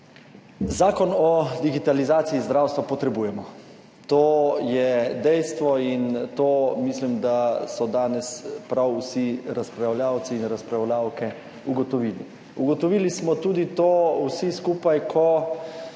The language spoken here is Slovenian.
Zakon o digitalizaciji zdravstva potrebujemo, to je dejstvo, in mislim, da so danes prav vsi razpravljavci in razpravljavke to ugotovili. Ugotovili smo tudi to vsi skupaj, ko